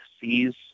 seize